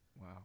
Wow